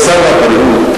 אני אומר סל הבריאות,